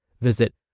Visit